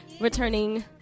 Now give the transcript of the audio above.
returning